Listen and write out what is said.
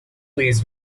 least